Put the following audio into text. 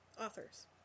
authors